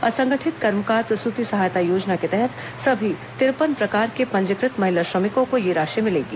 असंगठित कर्मकार प्रसूति सहायता योजना के तहत सभी तिरपन प्रकार की पंजीकृत महिला श्रमिकों को यह राशि मिलेगी